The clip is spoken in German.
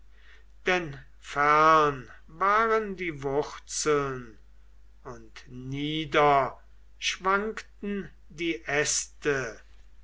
denn fern waren die wurzeln und nieder schwankten die äste